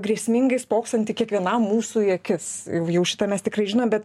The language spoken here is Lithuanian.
grėsmingai spoksanti kiekvienam mūsų į akis jau šitą mes tikrai žinom bet